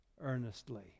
earnestly